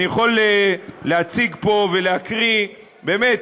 אני יכול להציג פה ולהקריא מאות,